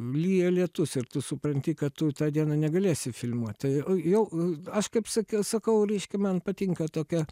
lyja lietus ir tu supranti kad tu tą dieną negalėsi filmuoti tai jau aš kaip sakiau sakau reiškia man patinka tokia